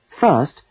First